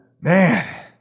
man